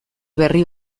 berri